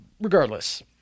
regardless